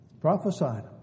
Prophesied